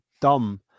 dumb